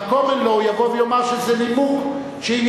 ב-common law הוא יבוא ויאמר שזה נימוק שאם